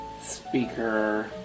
speaker